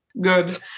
Good